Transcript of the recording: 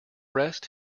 rest